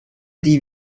die